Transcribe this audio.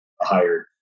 hired